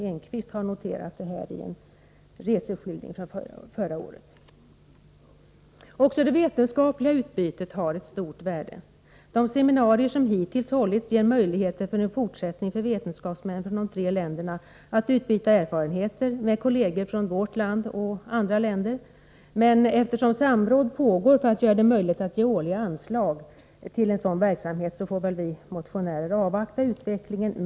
Enquist har noterat detta i en reseskildring från förra året. Också det vetenskapliga utbytet har ett stort värde. De seminarier som hittills hållits ger möjligheter för en fortsättning för vetenskapsmän från de tre länderna att utbyta erfarenheter med kolleger från vårt land och andra länder. Men eftersom samråd pågår för att göra det möjligt att ge årliga anslag till sådan verksamhet, får väl vi motionärer avvakta utvecklingen.